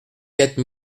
quatre